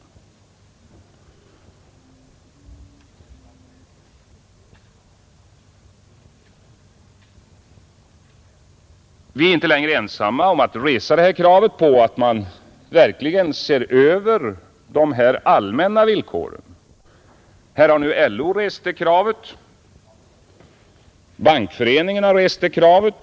Centern är inte längre ensamt om att resa det här kravet på att man verkligen ser över dessa allmänna villkor. Här har nu LO rest det kravet och Bankföreningen har rest det kravet.